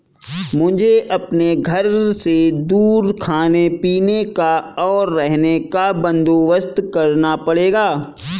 मुझे अपने घर से दूर खाने पीने का, और रहने का बंदोबस्त करना पड़ेगा